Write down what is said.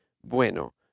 Bueno